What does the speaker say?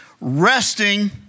resting